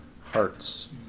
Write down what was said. hearts